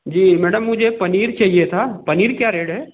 जी madam मुझे पनीर चाहिए था पनीर क्या रेड है